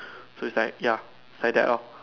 so it's like ya it's like that lor